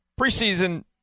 Preseason